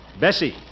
Bessie